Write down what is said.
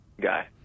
guy